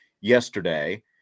yesterday